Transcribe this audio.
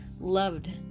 Loved